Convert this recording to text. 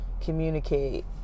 communicate